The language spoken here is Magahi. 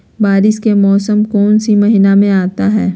बारिस के मौसम कौन सी महीने में आता है?